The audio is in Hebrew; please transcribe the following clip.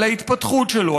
על ההתפתחות שלו,